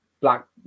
Black